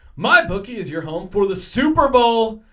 my bookie is your home for the super bowl.